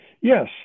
Yes